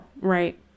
right